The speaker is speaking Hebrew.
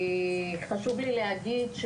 חשוב לי להגיד,